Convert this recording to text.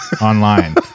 online